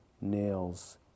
nails